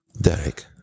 Derek